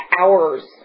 hours